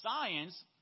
science